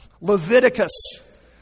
Leviticus